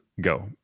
go